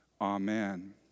Amen